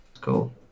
Cool